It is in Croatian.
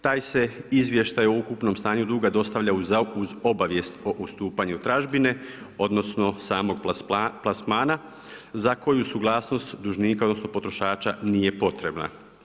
Taj se izvještaj o ukupnom stanju duga dostavlja uz obavijest o odstupanju tražbine odnosno samog plasmana za koju suglasnost dužnika odnosno potrošača nije potrebna.